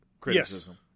criticism